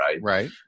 right